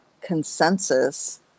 consensus